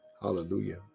Hallelujah